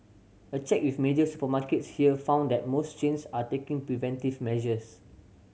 a check with major supermarkets here found that most chains are taking preventive measures